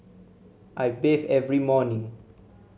I bathe every morning